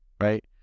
right